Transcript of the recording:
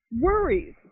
worries